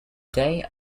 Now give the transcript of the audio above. day